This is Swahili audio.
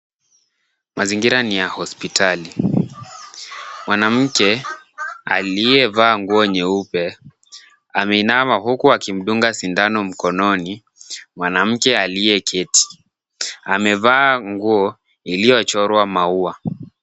Mazingira ni ya hospitali. Mwanamke aliyevaa nguo nyeupe ameinama huku akimdunga sindano mkononi mwanamke aliyeketi. Amevaa nguo iliyochorwa maua.